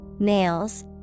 Nails